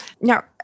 Now